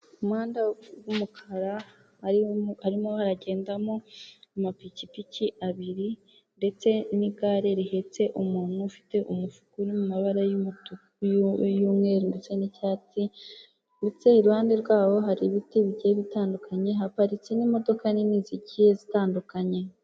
Umuhanda w'umukara harimo haragendamo amapikipiki abiri ndetse n'igare rihetse umuntu ufite umufuka uri mu mabara y'umutuku y'umweru ndetse n'icyatsi ndetse iruhande rwaho hari ibiti bigiye bitandukanye haparitse n'imodoka nini zigiye zitandukanye.